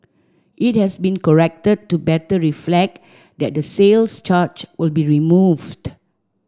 it has been corrected to better reflect that the sales charge will be removed